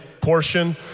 portion